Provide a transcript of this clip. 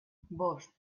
bost